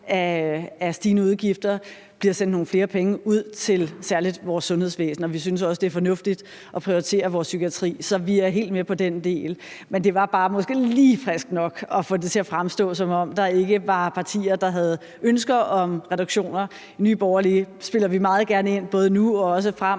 af stigende udgifter, bliver sendt nogle flere penge ud til især vores sundhedsvæsen, og vi synes også, det er fornuftigt at prioritere vores psykiatri. Så vi er helt med på den del, men det var måske bare lige friskt nok at få det til at fremstå, som om der ikke var partier, der havde ønsker om reduktioner. I Nye Borgerlige spiller vi meget gerne ind, både nu og også fremover.